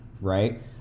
right